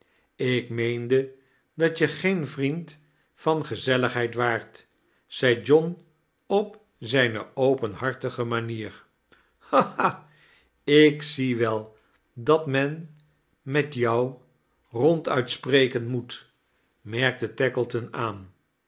ik meeade dat je geen vriend vaa gezelligheid waart zei joha op zijne openhartrige manier hahaha ik zie wel dat men met jou ronduit spreken moet merkte tackleton aan